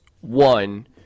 one